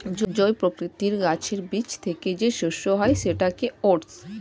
জই প্রকৃতির গাছের বীজ থেকে যে শস্য হয় সেটাকে ওটস